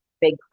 big